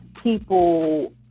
people